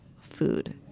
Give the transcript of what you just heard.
food